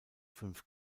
fünf